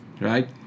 Right